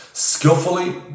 Skillfully